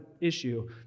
issue